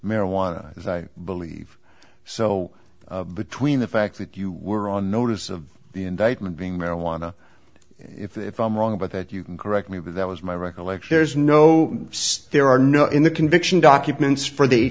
marijuana is i believe so between the fact that you were on notice of the indictment being marijuana if i'm wrong about that you can correct me but that was my recollection there's no stare are no in the conviction documents for the